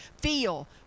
feel